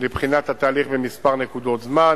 ולבחינת התהליך בכמה נקודות זמן.